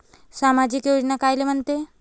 सामाजिक योजना कायले म्हंते?